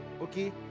Okay